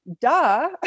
duh